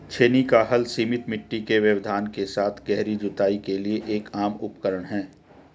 छेनी का हल सीमित मिट्टी के व्यवधान के साथ गहरी जुताई के लिए एक आम उपकरण है